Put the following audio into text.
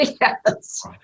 yes